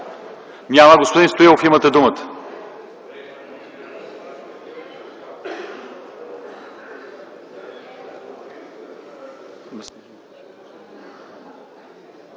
Няма. Господин Стоилов, имате думата.